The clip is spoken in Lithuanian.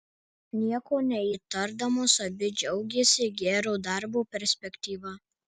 nieko neįtardamos abi džiaugėsi gero darbo perspektyva